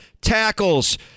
tackles